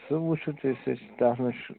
سُہ وُِچھِو تُہۍ تتھ سٍتۍ تتھ منٛز چھُ